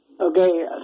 okay